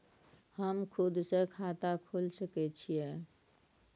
हम खुद से खाता खोल सके छीयै?